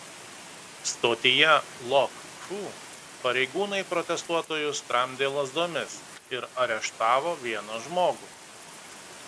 stotyje lok fu pareigūnai protestuotojus tramdė lazdomis ir areštavo vieną žmogų